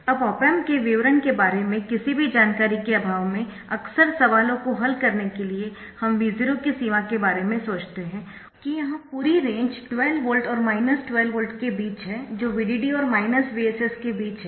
अब op amp के विवरण के बारे में किसी भी जानकारी के अभाव में अक्सर सवालों को हल करने के लिए हम V0 की सीमा के बारे में सोचते है कि यह पूरी रेंज 12 वोल्ट और 12 वोल्ट के बीच है जो VDD और VSS के बीच है